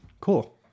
Cool